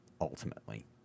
ultimately